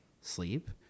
sleep